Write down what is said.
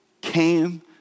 came